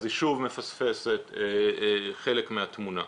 אז היא שוב מפספסת חלק מהתמונה.